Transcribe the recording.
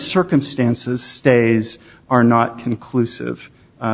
circumstances stays are not conclusive